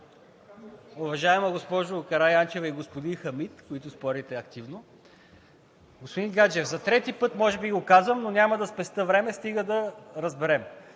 уважаема госпожо Караянчева и господин Хамид, които спорите активно! Господин Гаджев, за трети път може би го казвам, но няма да спестя време, стига да разберем.